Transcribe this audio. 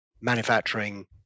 Manufacturing